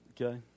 Okay